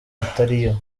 atariyo